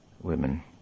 women